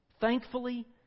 Thankfully